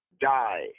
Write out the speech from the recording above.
Die